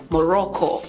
Morocco